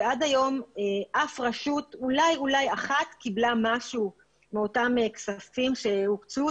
ועד היום אולי רשות אחת קיבלה משהו מאותם כספים שהוקצו.